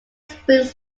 springs